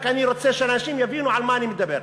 רק אני רוצה שאנשים יבינו על מה אני מדבר,